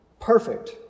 perfect